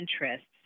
interests